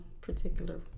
particular